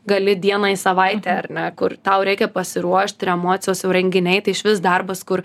gali dieną į savaitę ar ne kur tau reikia pasiruošt ir emocijos jau renginiai tai išvis darbas kur